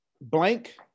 blank